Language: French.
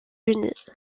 unis